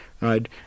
right